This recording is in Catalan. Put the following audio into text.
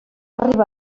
arribar